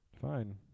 Fine